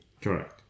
correct